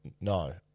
No